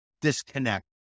disconnect